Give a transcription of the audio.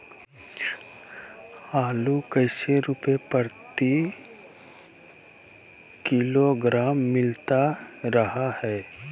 आलू कैसे रुपए प्रति किलोग्राम मिलता रहा है?